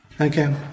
Okay